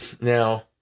Now